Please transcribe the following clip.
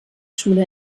schule